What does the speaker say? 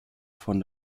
von